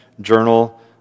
journal